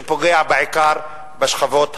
שפוגע בעיקר בשכבות החלשות.